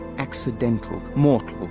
accidental, mortal.